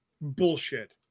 Bullshit